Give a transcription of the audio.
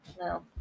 No